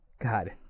God